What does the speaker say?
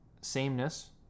Sameness